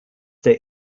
der